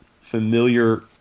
familiar